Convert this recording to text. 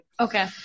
Okay